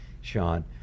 Sean